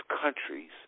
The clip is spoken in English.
countries